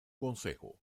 consejo